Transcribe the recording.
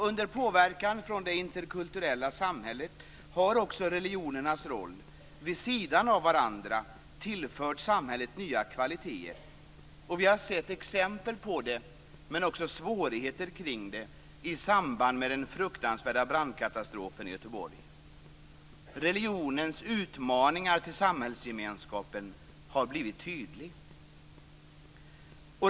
Under påverkan från det interkulturella samhället har också religionernas roll, vid sidan av varandra, tillfört samhället nya kvaliteter. Vi har sett exempel på det, men också svårigheter kring det, i samband med den fruktansvärda brandkatastrofen i Göteborg. Religionens utmaningar till samhällsgemenskapen har blivit tydlig.